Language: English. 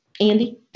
Andy